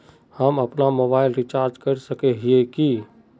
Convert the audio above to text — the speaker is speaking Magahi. हम अपना मोबाईल रिचार्ज कर सकय हिये की?